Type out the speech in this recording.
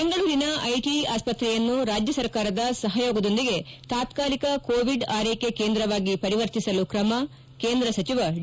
ಬೆಂಗಳೂರಿನ ಐಟಐ ಆಸ್ಪತ್ರೆಯನ್ನು ರಾಜ್ಯ ಸರ್ಕಾರದ ಸಹಯೋಗದೊಂದಿಗೆ ತಾತ್ನಾಲಿಕ ಕೋವಿಡ್ ಆರ್ಲೆಕೆ ಕೇಂದ್ರವಾಗಿ ಪರಿವರ್ತಿಸಲು ಕ್ರಮ ಕೇಂದ್ರ ಸಚಿವ ಡಿ